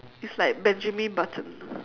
it's like benjamin button